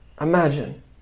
Imagine